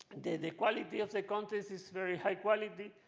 the quality of the content is very high quality.